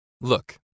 Look